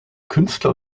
künstler